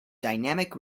dynamic